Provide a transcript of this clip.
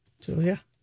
julia